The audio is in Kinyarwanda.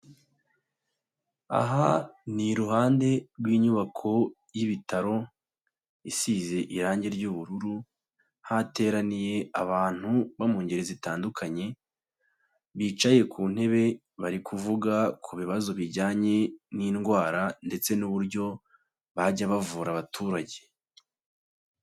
Aha ni iruhande rw'inyubako y'ibitaro, isize irangi ry'ubururu, hateraniye abantu bo mu ngeri zitandukanye, bicaye ku ntebe bari kuvuga ku bibazo bijyanye n'indwara ndetse n'uburyo bajya bavura abaturage.